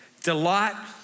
Delight